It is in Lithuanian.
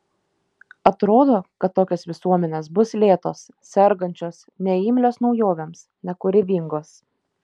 atrodo kad tokios visuomenės bus lėtos sergančios neimlios naujovėms nekūrybingos